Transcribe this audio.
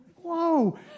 whoa